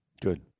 Good